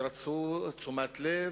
שרצו תשומת לב,